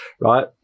right